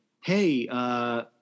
Hey